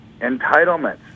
entitlements